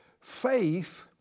Faith